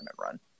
run